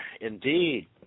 indeed